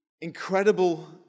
incredible